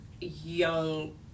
young